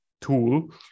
tool